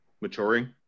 maturing